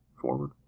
forward